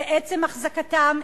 עצם החזקתם,